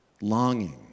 longing